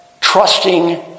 trusting